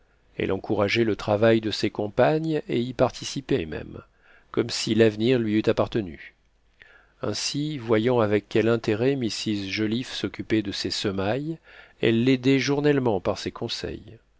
elle encourageait le travail de ses compagnes et y participait même comme si l'avenir lui eût appartenu ainsi voyant avec quel intérêt mrs joliffe s'occupait de ses semailles elle l'aidait journellement par ses conseils